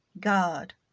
God